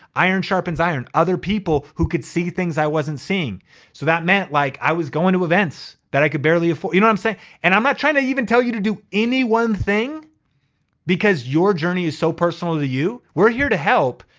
iron sharpens iron, other people who could see things i wasn't seeing. so that meant like i was going to events that i could barely afford. you know and i'm not trying to even tell you to do any one thing because your journey is so personal to you. we're here to help.